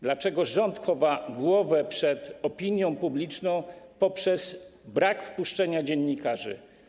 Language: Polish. Dlaczego rząd chowa głowę przed opinią publiczną poprzez brak wpuszczenia dziennikarzy?